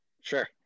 Sure